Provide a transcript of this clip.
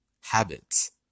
habits